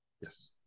Yes